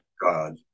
God